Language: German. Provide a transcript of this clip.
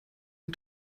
und